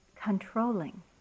controlling